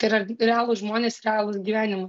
tai yra realūs žmonės realūs gyvenimai